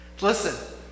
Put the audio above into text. Listen